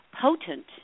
potent